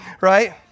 right